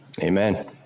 Amen